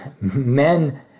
men